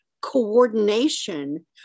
coordination